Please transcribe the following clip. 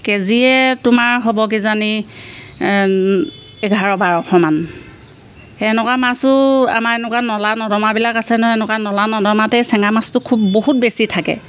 কেজিয়ে তোমাৰ হ'ব কি জানি এঘাৰ বাৰশ মান সেনেকুৱা মাছো আমাৰ এনেকুৱা নলা নদমাবিলাক আছে নহ এনেকুৱা নলা নদমাতেই চেঙা মাছটো খুব বহুত বেছি থাকে